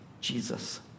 Jesus